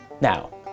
Now